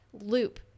loop